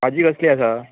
भाजी कसली आसा